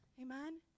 amen